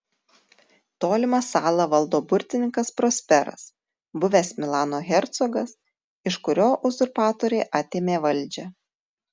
tolimą salą valdo burtininkas prosperas buvęs milano hercogas iš kurio uzurpatoriai atėmė valdžią